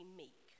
meek